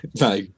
No